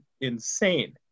insane